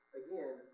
again